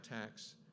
tax